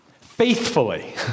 faithfully